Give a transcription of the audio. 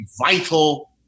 vital